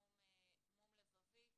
אז על אחת כמה וכמה אם הוא עם מום לבבי.